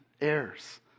heirs